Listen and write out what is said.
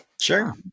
Sure